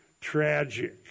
tragic